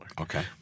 Okay